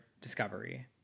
Discovery